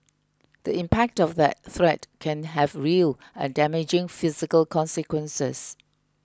the impact of that threat can have real and damaging physical consequences